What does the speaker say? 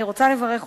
אני רוצה לברך אותך,